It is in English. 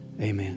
amen